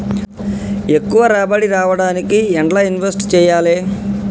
ఎక్కువ రాబడి రావడానికి ఎండ్ల ఇన్వెస్ట్ చేయాలే?